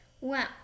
Wow